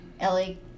Ellie